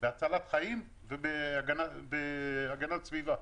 בהצלת חיים ובהגנת סביבה.